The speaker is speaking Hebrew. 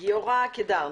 גיורא קדר.